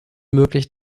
möglich